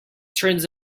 turns